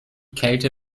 kälte